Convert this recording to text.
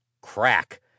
crack